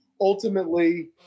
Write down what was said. ultimately